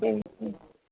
சரிங்க